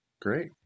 great